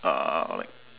uh like